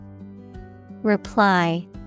Reply